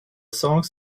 songs